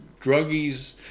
druggies